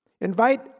Invite